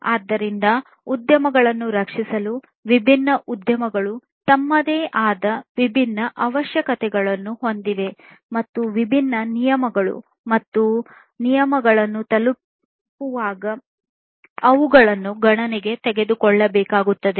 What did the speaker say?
ಆದ್ದರಿಂದ ಉದ್ಯಮಗಳನ್ನು ರಕ್ಷಿಸಲು ವಿಭಿನ್ನ ಉದ್ಯಮಗಳು ತಮ್ಮದೇ ಆದ ವಿಭಿನ್ನ ಅವಶ್ಯಕತೆಗಳನ್ನು ಹೊಂದಿವೆ ಮತ್ತು ವಿಭಿನ್ನ ನಿಯಮಗಳು ಮತ್ತು ನಿಯಮಗಳನ್ನು ತಲುಪುವಾಗ ಅವುಗಳನ್ನು ಗಣನೆಗೆ ತೆಗೆದುಕೊಳ್ಳಬೇಕಾಗುತ್ತದೆ